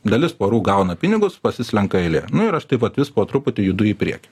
dalis porų gauna pinigus pasislenka eilė nu ir aš taip vat vis po truputį judu į priekį